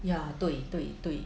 ya 对对对